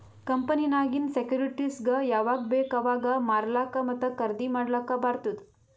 ಕಂಪನಿನಾಗಿಂದ್ ಸೆಕ್ಯೂರಿಟಿಸ್ಗ ಯಾವಾಗ್ ಬೇಕ್ ಅವಾಗ್ ಮಾರ್ಲಾಕ ಮತ್ತ ಖರ್ದಿ ಮಾಡ್ಲಕ್ ಬಾರ್ತುದ್